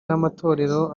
n’amatorero